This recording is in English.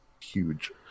huge